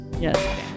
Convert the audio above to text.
Yes